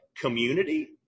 community